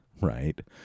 Right